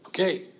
Okay